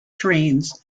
trains